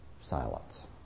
silence